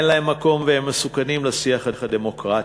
אין להן מקום והן מסוכנות לשיח הדמוקרטי.